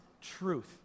truth